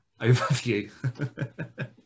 overview